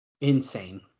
Insane